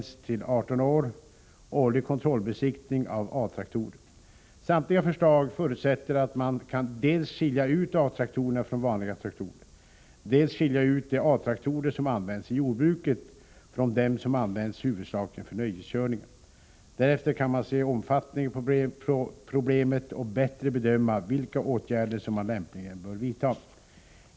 Samtliga förslag förutsätter att man kan dels skilja ut A-traktorerna från vanliga traktorer, dels skilja ut de A-traktorer som används i jordbruket från dem som används huvudsakligen för nöjeskörningar. Därefter kan man se omfattningen på problemet och bättre bedöma vilka åtgärder som man lämpligen bör vidta.